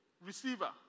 receiver